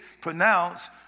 pronounced